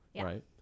right